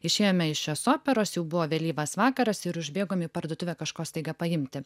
išėjome iš šios operos jau buvo vėlyvas vakaras ir užbėgom į parduotuvę kažko staiga paimti